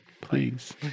Please